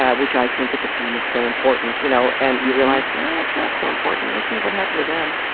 ah which i think, at the time, is so important, you know, and you realize that's not so important listen to what happened to them.